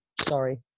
Sorry